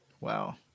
Wow